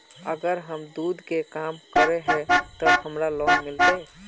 अगर हम दूध के काम करे है ते हमरा लोन मिलते?